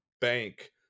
bank